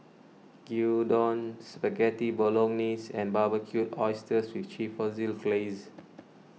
Gyudon Spaghetti Bolognese and Barbecued Oysters with Chipotle Glaze